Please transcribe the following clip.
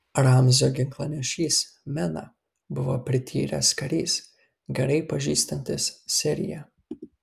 ramzio ginklanešys mena buvo prityręs karys gerai pažįstantis siriją